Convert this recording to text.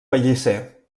pellicer